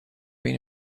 been